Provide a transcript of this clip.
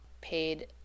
paid